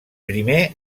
primer